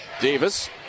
Davis